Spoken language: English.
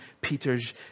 Peter's